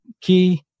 key